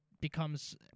becomes